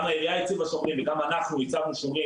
גם העירייה הציבה שומרים וגם אנחנו הצבנו שומרים,